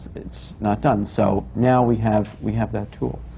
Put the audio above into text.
it's not done. so now we have we have that tool.